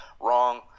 Wrong